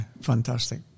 fantastic